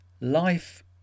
Life